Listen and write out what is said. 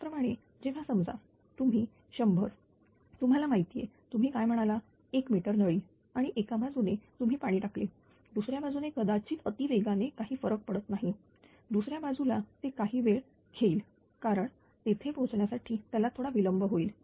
त्याचप्रमाणे जेव्हा समजा तुम्ही 100 तुम्हाला माहितीये तुम्ही काय म्हणता एक मिटर नळी आणि एका बाजूने तुम्ही पाणी टाकले दुसऱ्या बाजूने कदाचित अतिवेगाने काही फरक पडत नाही दुसऱ्या बाजूला ते काही वेळ घेईल कारण तेथे पोहोचण्यासाठी त्याला थोडा विलंब होईल